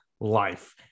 life